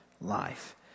life